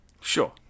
Sure